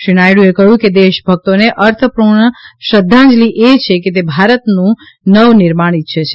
શ્રી નાયડુએ કહ્યું દેશભક્તોને અર્થપૂર્ણ શ્રદ્ધાંજલિ એ છે કે તે ભારતનું નવ નિર્માણ ઇચ્છે છે